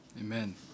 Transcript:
Amen